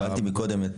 שאלתי קודם את